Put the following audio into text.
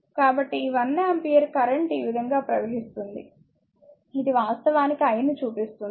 కాబట్టి ఈ 1 ampere current ఈ విధంగా ప్రవహిస్తుంది ఇది వాస్తవానికి i ని చూపిస్తుంది